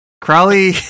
Crowley